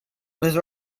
was